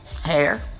Hair